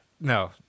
No